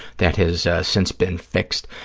that has since been fixed.